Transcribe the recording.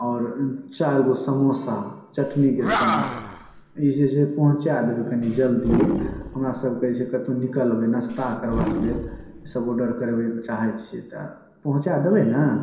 आओर चारि गो समोसा चटनी के साथ ई जे छै पहुँचा देबै कनि जल्दिए हमरा सबके जे कतौ निकलबै नस्ता करबाक लेल ईसब ऑर्डर करबै लए चाहै छियै तऽ पहुँचा देबै ने